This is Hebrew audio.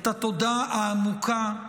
את התודה העמוקה,